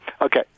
Okay